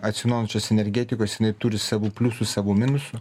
atsinaujinančios energetikos jinai turi savų pliusų savų minusų